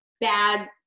bad